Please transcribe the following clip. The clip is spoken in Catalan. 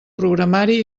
programari